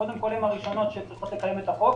הן הראשונות שצריכות לקיים את החוק,